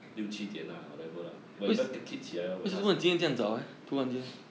六七点 lah however lah when 那个 kid 起来 when tas~